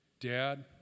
dad